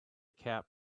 cap